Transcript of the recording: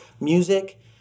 music